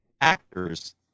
actors